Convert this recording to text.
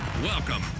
Welcome